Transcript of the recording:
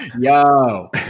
yo